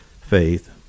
faith